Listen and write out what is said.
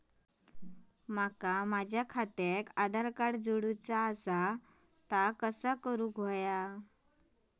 माका माझा खात्याक आधार कार्ड जोडूचा हा ता कसा करुचा हा?